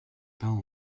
peint